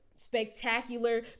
Spectacular